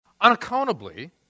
unaccountably